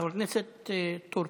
חבר הכנסת טור